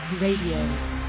Radio